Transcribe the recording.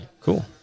cool